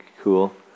cool